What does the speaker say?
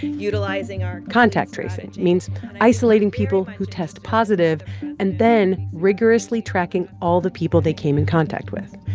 utilizing our. contact tracing means isolating people who test positive and then rigorously tracking all the people they came in contact with.